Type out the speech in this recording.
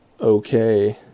okay